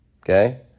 Okay